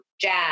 jazz